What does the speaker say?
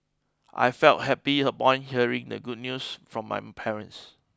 I felt happy upon hearing the good news from my parents